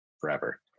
forever